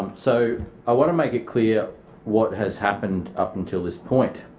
so i want to make it clear what has happened up until this point.